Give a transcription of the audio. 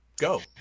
Go